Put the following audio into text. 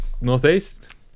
northeast